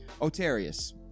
Otarius